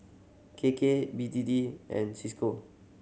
K K B T T and Cisco